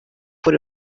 buri